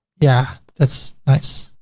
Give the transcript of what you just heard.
yeah, that's nice.